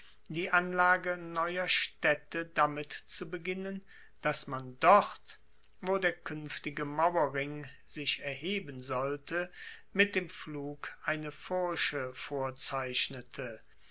die anlage neuer staedte damit zu beginnen dass man dort wo der kuenftige mauerring sich erheben sollte mit dem pflug eine furche vorzeichnete